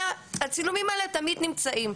אז הצילומים האלה תמיד נמצאים.